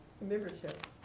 membership